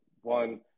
one